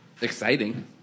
Exciting